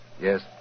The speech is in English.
Yes